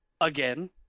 again